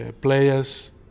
players